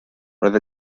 roedd